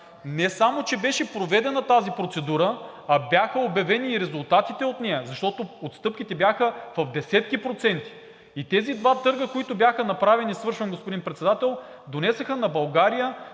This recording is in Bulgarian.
Не само че беше проведена тази процедура, а бяха обявени и резултатите от нея, защото отстъпките бяха в десетки проценти. И тези два търга, които бяха направени (председателят дава сигнал,